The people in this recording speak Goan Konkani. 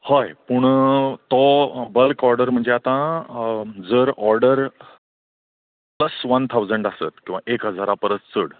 होय पूण तो बल्क ऑर्डर म्हणजे आतां जर ऑर्डर प्लस वन थावजंड आसत किंवां एक हजारा परस चड